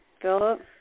Philip